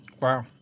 Wow